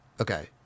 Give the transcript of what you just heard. Okay